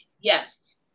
Yes